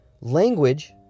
Language